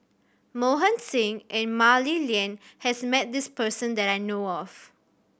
Mohan Singh and Mah Li Lian has met this person that I know of